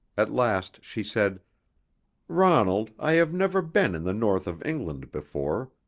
at last she said ronald, i have never been in the north of england before,